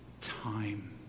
time